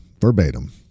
verbatim